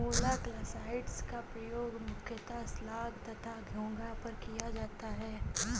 मोलॉक्साइड्स का प्रयोग मुख्यतः स्लग तथा घोंघा पर किया जाता है